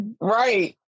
Right